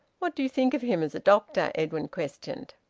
what do you think of him as a doctor? edwin questioned.